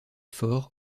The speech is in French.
fort